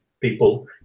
people